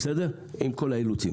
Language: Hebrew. עם כל האילוצים.